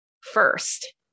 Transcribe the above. first